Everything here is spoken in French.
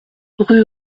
rue